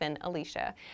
Alicia